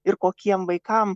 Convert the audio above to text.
ir kokiem vaikam